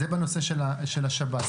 זה בנושא של השב"ס.